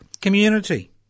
community